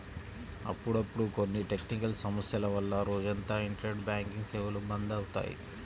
అప్పుడప్పుడు కొన్ని టెక్నికల్ సమస్యల వల్ల రోజంతా ఇంటర్నెట్ బ్యాంకింగ్ సేవలు బంద్ అవుతాయి